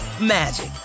magic